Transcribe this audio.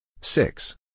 six